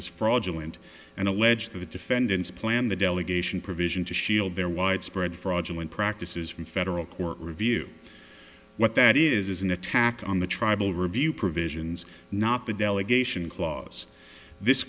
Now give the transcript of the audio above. is fraudulent and allege that the defendants planned the delegation provision to shield their widespread fraudulent practices from federal court review what that is is an attack on the tribal review provisions not the delegation clause this